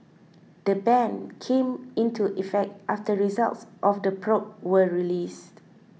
the ban came into effect after results of the probe were released